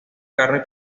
carne